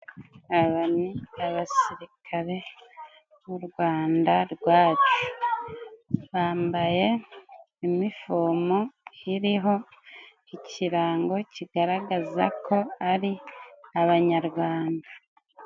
Aba ni abasirikare b'u Rwanda rwacu bambaye inifomu iriho ikirango kigaragaza ko ari Abanyarwanda.